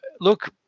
Look